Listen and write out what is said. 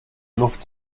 luft